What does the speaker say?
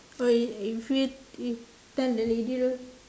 oh if you you tell the lady lor